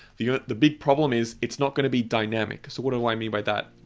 the the big problem is it's not going to be dynamic, so what do i mean by that?